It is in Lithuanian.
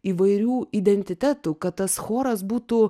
įvairių identitetų kad tas choras būtų